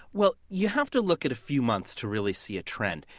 well, you have to look at a few months to really see a trend.